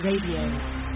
RADIO